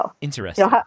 Interesting